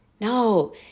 No